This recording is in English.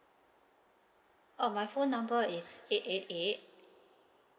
oh my phone number is eight eight eight